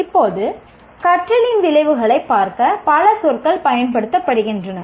இப்போது கற்றலின் விளைவுகளைப் பார்க்க பல சொற்கள் பயன்படுத்தப்படுகின்றன